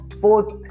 Fourth